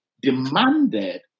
demanded